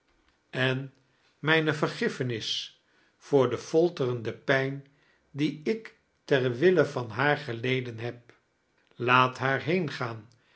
dickens vergiff enis voor de f olterende pijn die ik ter wille van haar geleden heb laat haar